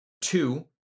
Two